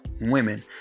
Women